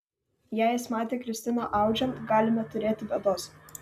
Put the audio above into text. jei jis matė kristiną audžiant galime turėti bėdos